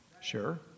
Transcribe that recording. Sure